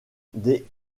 des